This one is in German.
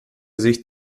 sicht